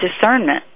discernment